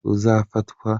uzafatwa